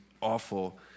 awful